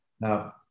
Now